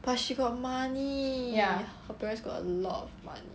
but she got money her parents got a lot of money